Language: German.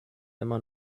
immer